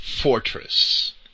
fortress